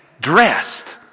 dressed